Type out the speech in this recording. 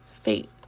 Fate